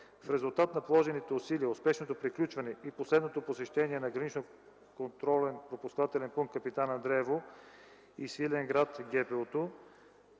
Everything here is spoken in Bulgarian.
В резултат на положените усилия, успешното приключване и последното посещение на Граничния контролно-пропускателен пункт „Капитан Андреево” и Свиленград – ГПУ,